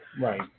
Right